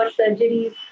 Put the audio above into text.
surgeries